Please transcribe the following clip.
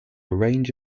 range